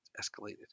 escalated